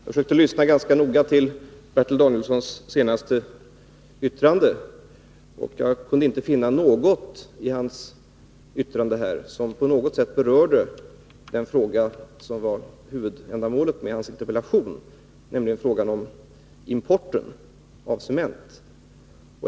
Fru talman! Jag försökte lyssna ganska noga till Bertil Danielssons senaste yttrande, och jag kunde inte finna något i det yttrandet som på något sätt berörde den fråga som var huvudändamålet med hans interpellation, nämligen frågan om importen av cement.